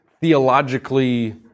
theologically